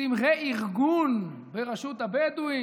עושים רה-ארגון ברשות הבדואים,